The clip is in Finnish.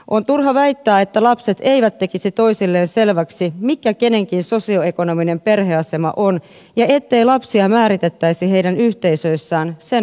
on turha väittää että lapset eivät tekisi toisilleen selväksi mikä kenenkin sosioekonominen perheasema on ja ettei lapsia määritettäisi heidän yhteisöissään sen mukaisesti